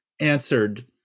answered